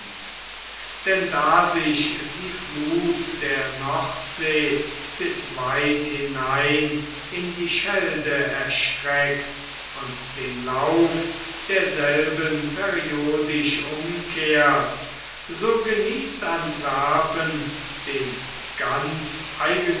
denn da sich die fluth der nordsee bis weit hinein in die schelde erstreckt und den lauf derselben periodisch umkehrt so genießt antwerpen den ganz